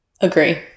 Agree